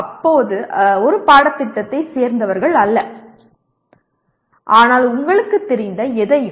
அவர்கள் ஒரு பாடத்திட்டத்தைச் சேர்ந்தவர்கள் அல்ல ஆனால் உங்களுக்குத் தெரிந்த எதையும்